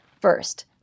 First